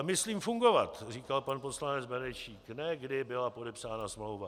Myslím fungovat, říkal pan poslanec Benešík, ne kdy byla podepsána smlouva.